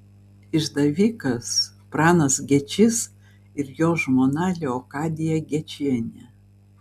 išdavikas pranas gečys ir jo žmona leokadija gečienė